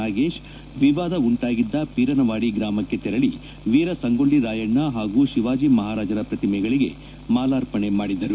ನಾಗೇಶ್ ವಿವಾದ ಉಂಟಾಗಿದ್ದ ಪೀರನವಾಡಿ ಗ್ರಾಮಕ್ಕೆ ತೆರಳ ವೀರ ಸಂಗೊಳ್ಳ ರಾಯಣ್ಣ ಹಾಗೂ ಶಿವಾಜಿ ಮಹಾರಾಜರ ಪ್ರತಿಮೆಗಳಿಗೆ ಮಾಲಾರ್ಪಣೆ ಮಾಡಿದರು